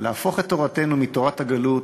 להפוך את תורתנו מתורת הגלות,